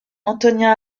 antonin